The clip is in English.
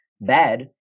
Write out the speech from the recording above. bad